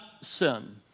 sin